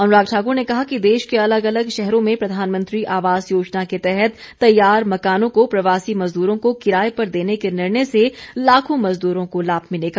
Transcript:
अनुराग ठाक्र ने कहा कि देश के अलग अलग शहरों में प्रधानमंत्री आवास योजना के तहत तैयार मकानों को प्रवासी मजदूरों को किराए पर देने के निर्णय से लाखों मजदूरों को लाभ मिलेगा